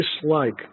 dislike